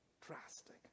drastic